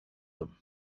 them